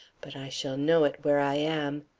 but i shall know it where i am.